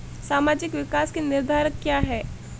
सामाजिक विकास के निर्धारक क्या है?